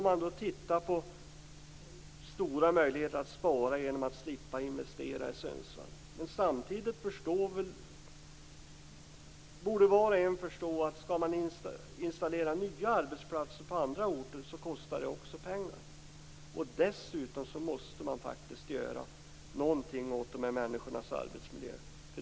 Man har velat göra stora besparingar genom att slippa investera i Sundsvall, men var och en borde förstå att det kostar pengar också att installera nya arbetsplatser på andra orter. Dessutom måste man faktiskt göra någonting åt de berörda människornas arbetsmiljö.